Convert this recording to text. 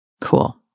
Cool